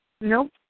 Nope